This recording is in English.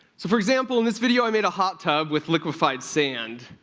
so for example, in this video, i made a hot tub with liquefied sand.